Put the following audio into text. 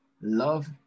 love